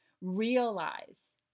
realize